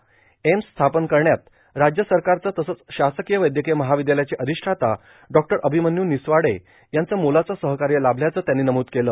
AIIMS स्थापन करण्यात राज्य सरकारचं तसंच शासकीय वैद्यकीय महाविद्यालयाचे अधिष्ठाता डॉ अभिमन्यू निसवाडे यांचं मोलाचं सहकार्य लाभल्याचं त्यांनी नमूद केलं